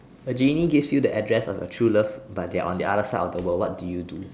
a genie gives you the address of your true love but they are on the other side of the world what do you do